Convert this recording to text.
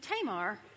Tamar